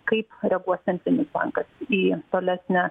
kaip reaguos centrinis bankas į tolesnę